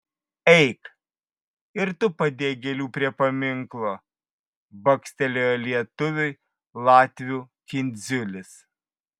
eik ir tu padėk gėlių prie paminklo bakstelėjo lietuviui latvių kindziulis